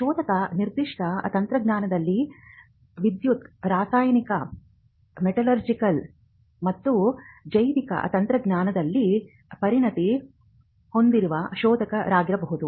ಶೋಧಕ ನಿರ್ದಿಷ್ಟ ತಂತ್ರಜ್ಞಾನದಲ್ಲಿ ವಿದ್ಯುತ್ ರಾಸಾಯನಿಕ ಮೆಟಲರ್ಜಿಕಲ್ ಎಲೆಕ್ಟ್ರಾನಿಕ್ ಮತ್ತು ಜೈವಿಕ ತಂತ್ರಜ್ಞಾನದಲ್ಲಿ ಪರಿಣತಿ ಹೊಂದಿರುವ ಶೋಧಕರಾಗಿರಬಹುದು